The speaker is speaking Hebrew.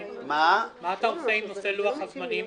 מה תעשה בנושא לוח הזמנים?